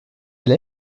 elle